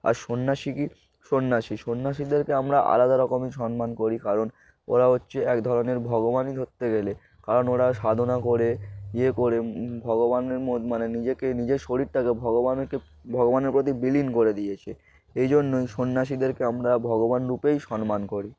আর সন্ন্যাসী কী সন্ন্যাসী সন্ন্যাসীদেরকে আমরা আলাদা রকমই সম্মান করি কারণ ওরা হচ্ছে এক ধরনের ভগবানই ধরতে গেলে কারণ ওরা সাধনা করে ইয়ে করে ভগবানের মো মানে নিজেকে নিজের শরীরটাকে ভগবানকে ভগবানের প্রতি বিলীন করে দিয়েছে এই জন্যই সন্ন্যাসীদেরকে আমরা ভগবান রূপেই সম্মান করি